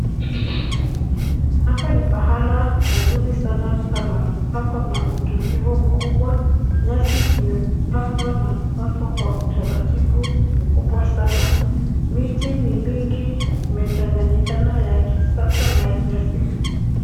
Hapa ni pahala pazuri sana, pako na utulivu mkubwa. Nyasi imepandwa na kukatwa kwa utaratibu mkubwa sana. Miti ni mingi, imechanganyikana ya kisasa na ya kiasili.